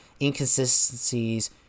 inconsistencies